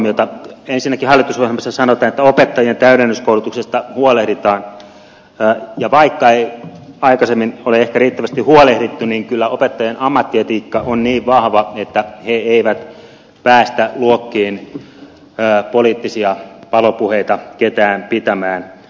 ensinnäkin hallitusohjelmassa sanotaan että opetta jien täydennyskoulutuksesta huolehditaan ja vaikka ei aikaisemmin ole ehkä riittävästi huolehdittu niin kyllä opettajan ammattietiikka on niin vahva että he eivät päästä luokkiin poliittisia palopuheita ketään pitämään